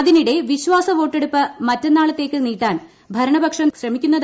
അതിനിടെ വിശ്വാസ വോട്ടടെുപ്പ് മറ്റന്നാളത്തേക്ക് നീട്ടാൻ ഭരണപക്ഷം റിപ്പോർട്ടുണ്ട്